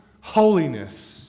holiness